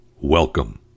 Welcome